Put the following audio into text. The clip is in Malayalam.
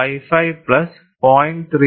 55 പ്ലസ് 0